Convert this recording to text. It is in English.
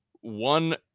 One